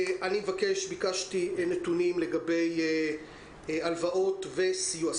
ביקשתי נתונים לגבי הלוואות וסיוע,